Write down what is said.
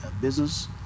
business